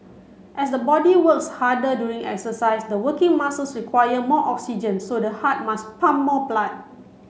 as the body works harder during exercise the working muscles require more oxygen so the heart must pump more blood